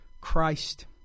Christ